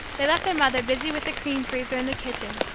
they left their mother busy with the cream freezer in the kitchen.